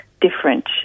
different